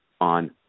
on